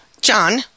John